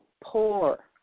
poor